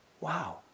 wow